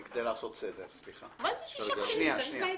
מה זה שישה חודשים?